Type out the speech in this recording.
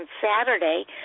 Saturday